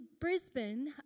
Brisbane